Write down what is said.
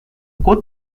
aku